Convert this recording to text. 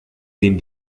den